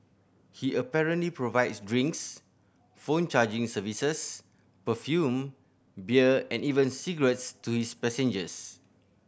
he apparently provides drinks phone charging services perfume beer and even cigarettes to his passengers